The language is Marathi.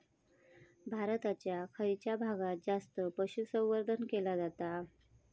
भारताच्या खयच्या भागात जास्त पशुसंवर्धन केला जाता?